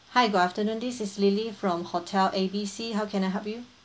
hi good afternoon this is lily from hotel A B C how can I help you